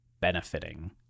benefiting